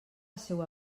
seua